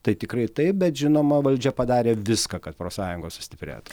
tai tikrai taip bet žinoma valdžia padarė viską kad profsąjungos sustiprėtų